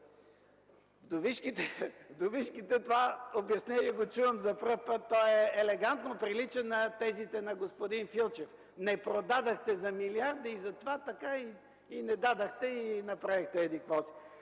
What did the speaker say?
вдовишките добавки го чувам за първи път. То елегантно прилича на тезите на господин Филчев: не продадохте за милиарди и затова е така, и не дадохте, и направихте еди